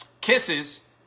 Kisses